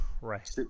right